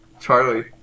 Charlie